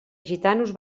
gitanos